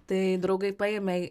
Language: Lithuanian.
tai draugai paėmė į